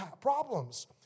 problems